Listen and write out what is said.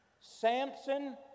Samson